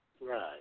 right